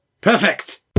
Perfect